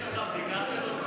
יש לך בדיקה כזו,